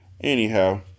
Anyhow